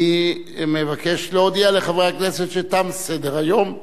אני מבקש להודיע לחברי הכנסת שתם סדר-היום.